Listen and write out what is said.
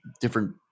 different